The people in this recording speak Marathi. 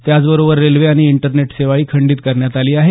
त्याचबरोबर रेल्वे आणि इंटरनेट सेवाही खंडीत करण्यात आली आहे